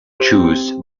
choose